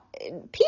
people